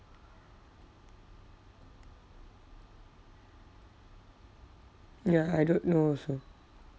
ya I don't know also